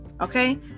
okay